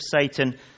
Satan